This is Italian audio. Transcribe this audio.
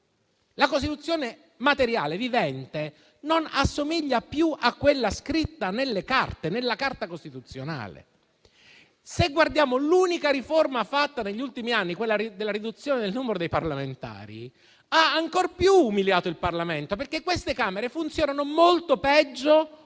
la Costituzione materiale vivente non assomiglia più a quella che è stata scritta. Anche l'unica riforma fatta negli ultimi anni, quella della riduzione del numero dei parlamentari, ha ancor più umiliato il Parlamento. Queste Camere funzionano molto peggio